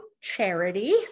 Charity